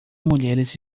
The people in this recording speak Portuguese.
mulheres